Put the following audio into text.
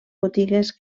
botigues